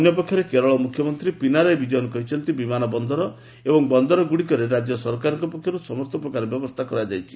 ଅନ୍ୟପକ୍ଷରେ କେରଳ ମୁଖ୍ୟମନ୍ତ୍ରୀ ପିନାରାୟ ବିଜୟନ କହିଛନ୍ତି ବିମାନ ବନ୍ଦର ଏବଂ ବନ୍ଦରଗୁଡ଼ିକରେ ରାଜ୍ୟ ସରକାରଙ୍କ ପକ୍ଷରୁ ସମସ୍ତ ପ୍ରକାର ବ୍ୟବସ୍ଥା କରାଯାଇଛି